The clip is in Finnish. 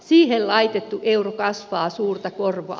siihen laitettu euro kasvaa suurta korkoa